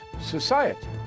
society